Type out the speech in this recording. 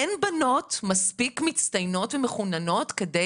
אין בנות מספיק מצטיינות ומחוננות כדי